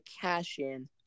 cash-in